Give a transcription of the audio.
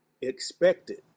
expected